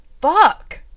fuck